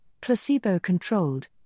placebo-controlled